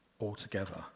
altogether